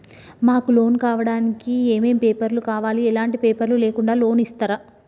మాకు లోన్ కావడానికి ఏమేం పేపర్లు కావాలి ఎలాంటి పేపర్లు లేకుండా లోన్ ఇస్తరా?